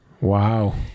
Wow